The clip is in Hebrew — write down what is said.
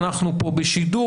אנחנו פה בשידור,